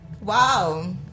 Wow